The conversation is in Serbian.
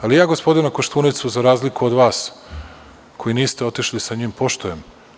Ali ja gospodina Koštunicu, za razliku od vas koji niste otišli sa njim, poštujem.